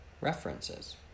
references